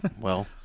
Well-